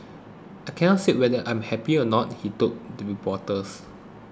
I cannot say whether I'm happy or not he told the reporters